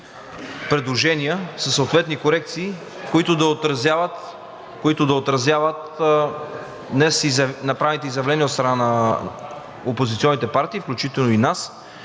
предложения със съответни корекции, които да отразяват днес направените изявления от страна на опозиционните партии, включително и нас.